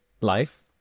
life